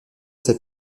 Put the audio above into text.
ces